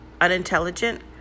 unintelligent